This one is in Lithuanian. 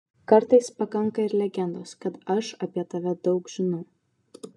kartais pakanka ir legendos kad aš apie tave daug žinau